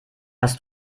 was